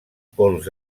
pols